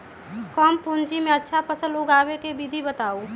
कम पूंजी में अच्छा फसल उगाबे के विधि बताउ?